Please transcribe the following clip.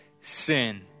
sin